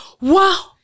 wow